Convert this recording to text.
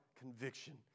conviction